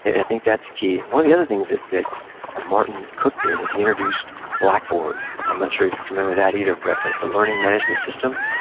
and i think that's key one of the other things that that martin cook did is he introduced blackboard. i'm not sure you're familiar with that either, brett, but it's a learning management system.